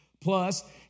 plus